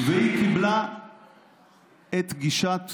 והיא קיבלה את הגישה שלי.